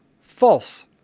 false